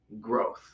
growth